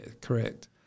correct